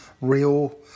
real